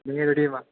നീ ഏത് ടീമാണ്